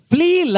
Flee